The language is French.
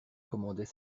commandait